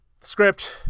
script